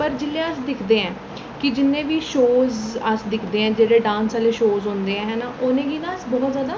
पर जेल्लै अस दिखदे आं कि जिन्ने बी शोज़ अस दिखदे आं जेह्ड़े डांस आह्ले शोज़ होंदे ऐ हैन उनेंगी ना अस बहुत जादा